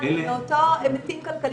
מי מדבר,